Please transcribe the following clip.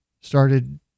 started